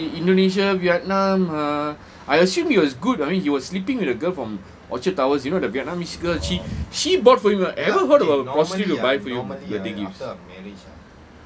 no lah indonesia vietnam uh I assume he was good I mean he was sleeping with the girl from orchard towers you know the vietnamese girl she she bought for him ever heard of a prostitute to buy for him birthday gifts